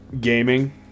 gaming